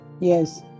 Yes